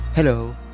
Hello